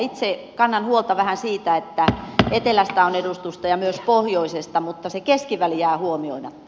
itse kannan huolta vähän siitä että etelästä on edustusta ja myös pohjoisesta mutta se keskiväli jää huomioimatta